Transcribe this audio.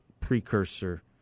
precursor